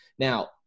Now